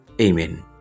Amen